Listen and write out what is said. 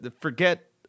Forget